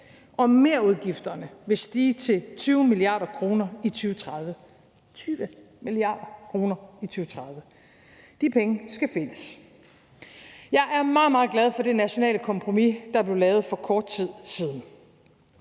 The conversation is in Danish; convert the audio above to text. Og merudgifterne vil stige til 20 mia. kr. i 2030 – 20 mia. kr. i 2030! De penge skal findes. Jeg er meget, meget glad for det nationale kompromis, der blev lavet for kort tid siden.